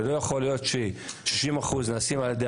הרי לא יכול להיות ש-60% נעשים על ידי